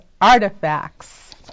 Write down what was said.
artifacts